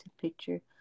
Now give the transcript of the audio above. picture